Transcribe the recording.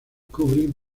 kubrick